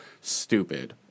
Stupid